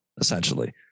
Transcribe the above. essentially